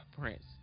Prince